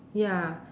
ya